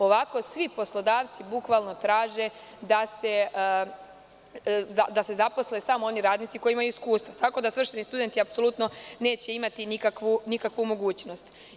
Ovako svi poslodavci bukvalno traže da se zaposle samo oni radnici koji imaju iskustva, tako da svršeni studenti apsolutno neće imati nikakvu mogućnost.